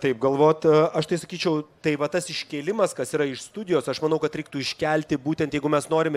taip galvot aš tai sakyčiau tai va tas iškėlimas kas yra iš studijos aš manau kad reiktų iškelti būtent jeigu mes norim